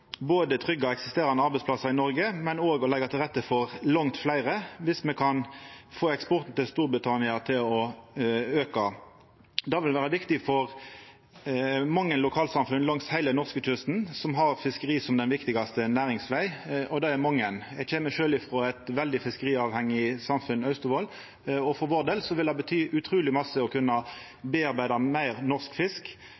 eksisterande arbeidsplassar i Noreg og å leggja til rette for langt fleire, dersom me kan få eksporten til Storbritannia til å auka. Det vil vera viktig for mange lokalsamfunn langs heile norskekysten som har fiskeri som den viktigaste næringsvegen, og det er mange. Eg kjem sjølv frå eit veldig fiskeriavhengig samfunn, Austevoll, og for vår del vil det bety utruleg mykje å